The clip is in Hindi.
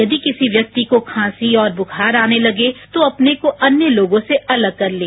यदि किसी व्यक्ति को खांसी और दुखार आने लगे तो अपने को अन्य लोगों से अलग कर लें